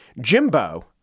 Jimbo